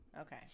Okay